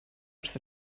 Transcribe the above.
wrth